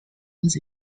was